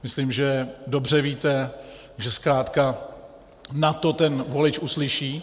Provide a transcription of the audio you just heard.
Myslím, že dobře víte, že zkrátka na to ten volič uslyší.